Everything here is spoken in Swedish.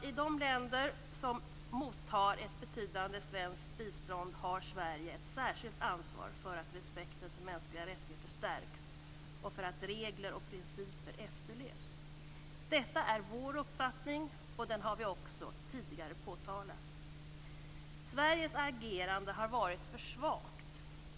I de länder som mottar ett betydande svenskt bistånd har Sverige ett särskilt ansvar för att respekten för mänskliga rättigheter stärks och för att regler och principer efterlevs. Detta är vår uppfattning, och den har vi också tidigare påtalat. Sveriges agerande har varit för svagt.